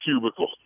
cubicle